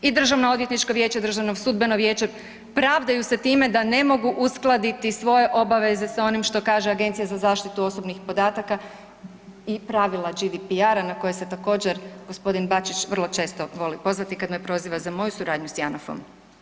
I Državno odvjetničko vijeće, Državno sudbeno vijeće pravdaju se time da ne mogu uskladiti svoje obaveze sa onim što kaže Agencija za zaštitu osobnih podataka i pravili … na koje se također gospodin Bačić vrlo često voli pozvati kada me proziva za moju suradnju sa Janafom.